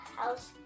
house